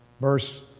Verse